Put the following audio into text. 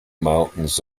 mountains